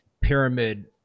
pyramid